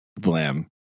Blam